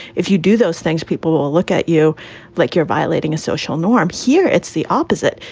if you do those things, people will look at you like you're violating a social norm here. it's the opposite.